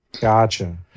Gotcha